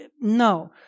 No